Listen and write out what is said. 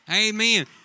Amen